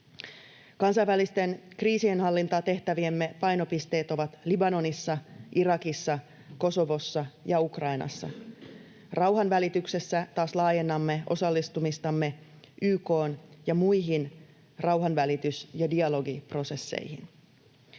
Kansainvälisten kriisinhallintatehtäviemme painopisteet ovat Libanonissa, Irakissa, Kosovossa ja Ukrainassa. Rauhanvälityksessä taas laajennamme osallistumistamme YK:n ja muihin rauhanvälitys- ja dialogiprosesseihin.